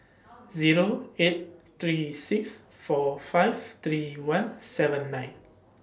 Zero eight three six four five three one seven nine